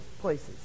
places